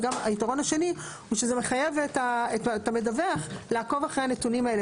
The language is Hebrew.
והיתרון השני הוא שזה מחייב את המדווח לעקוב אחרי הנתונים האלה